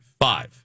Five